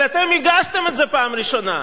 אבל אתם הגשתם את זה בפעם הראשונה,